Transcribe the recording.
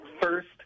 first